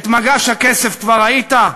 את "מגש הכסף" כבר ראית?